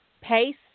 pace